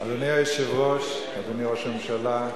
אדוני היושב-ראש, אדוני ראש הממשלה,